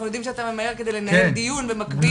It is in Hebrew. אנחנו יודעים שאתה ממהר כדי לנהל דיון במקביל.